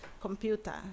computer